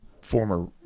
former